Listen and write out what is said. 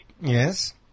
Yes